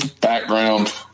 background